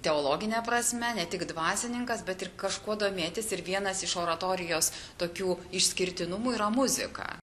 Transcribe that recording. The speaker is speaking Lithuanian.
teologine prasme ne tik dvasininkas bet ir kažkuo domėtis ir vienas iš oratorijos tokių išskirtinumų yra muzika